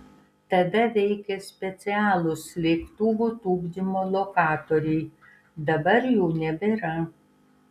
tada veikė specialūs lėktuvų tupdymo lokatoriai dabar jų nebėra